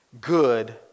good